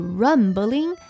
rumbling